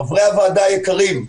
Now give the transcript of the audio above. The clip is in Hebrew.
חברי ועדה יקרים,